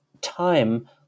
time